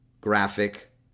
graphic